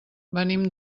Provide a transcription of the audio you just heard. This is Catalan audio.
venim